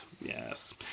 yes